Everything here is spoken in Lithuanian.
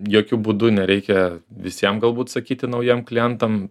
jokiu būdu nereikia visiem galbūt sakyti naujiem klientam